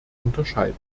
unterscheiden